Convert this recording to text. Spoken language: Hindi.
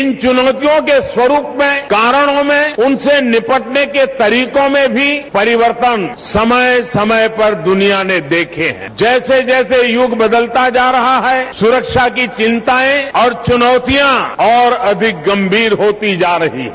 इन चुनौतियों के स्वरूप में कारणों में उनसे निपटने के तरीकों में भी परिवर्तन समय समय पर दुनिया ने देखे हैं जैसे जैसे युग बदलता जा रहा है सुरक्षा की चिंताएं और चुनौतियां और अधिक गंभीर होती जा रही हैं